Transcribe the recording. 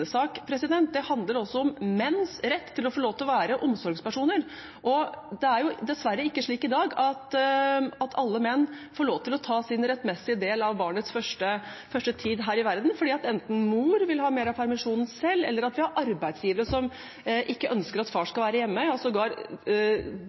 det handler også om menns rett til å få lov til å være omsorgspersoner. Det er dessverre ikke slik i dag at alle menn får lov til å ta sin rettmessige del av barnets første tid her i verden, enten fordi at mor vil ha mer av permisjonen selv, eller at vi har arbeidsgivere som ikke ønsker at far